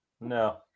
no